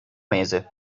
mese